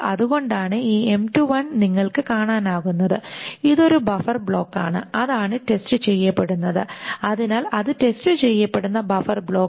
അതുകൊണ്ടാണ് ഈ നിങ്ങൾക്ക് കാണാനാകുന്നത് ഇതൊരു ബഫർ ബ്ലോക്കാണ് അതാണ് ടെസ്റ്റ് ചെയ്യപ്പെടുന്നത് അതിനാൽ അതാണ് ടെസ്റ്റ് ചെയ്യപ്പെടുന്ന ബഫർ ബ്ലോക്ക്